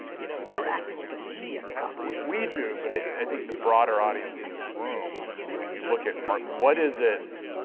you know you're acting like a media property. we do, but i think the broader audience in this room, when you look at, what is it,